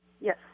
Yes